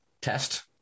test